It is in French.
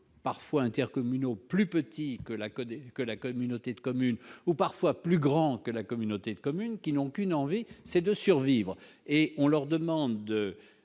parfois intercommunaux, plus petit que la connaît que la communauté de communes ou parfois plus grand que la communauté de communes qui n'ont qu'une envie, c'est de survivre et on leur demande